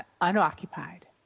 unoccupied